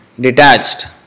detached